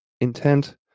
intent